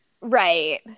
Right